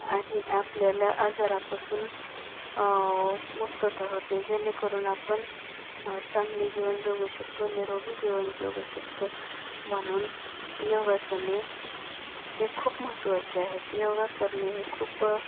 आणि आपल्याला आजारापासून मुक्तता होते जेणेकरून आपण चांगले जीवन जगू शकतो निरोगी जीवन जगू शकतो म्हणून योगासने हे खूप महत्त्वाचे आहेत योगा करणे हे खूप